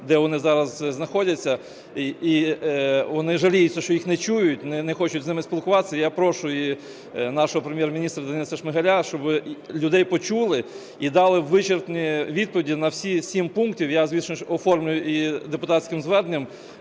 де вони зараз знаходяться, вони жаліються, що їх не чують, не хочуть з ними спілкуватися, я прошу нашого Прем'єр-міністра Дениса Шмигаля, щоб людей почули і дали вичерпні відповіді на всі сім пунктів. Я, звісно, оформлю депутатським зверненням